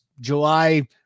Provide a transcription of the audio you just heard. July